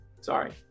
Sorry